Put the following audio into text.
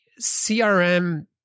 CRM